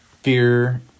Fear